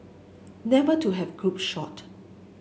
never to have group shot